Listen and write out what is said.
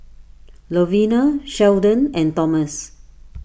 Lovina Sheldon and Thomas